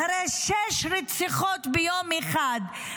אחרי שש רציחות ביום אחד,